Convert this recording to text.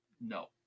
no